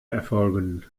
erfolgen